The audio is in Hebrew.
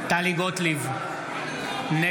שר הכלכלה והתעשייה ניר ברקת: אני